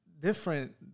different